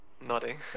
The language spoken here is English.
nodding